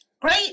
great